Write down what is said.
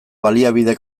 baliabide